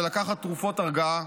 ולוקחת תרופות הרגעה